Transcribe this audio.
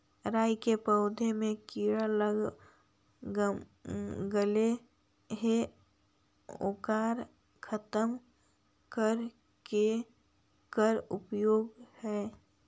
राई के पौधा में किड़ा लग गेले हे ओकर खत्म करे के का उपाय है?